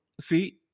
see